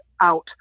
out